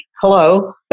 hello